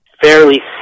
fairly